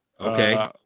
Okay